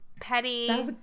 petty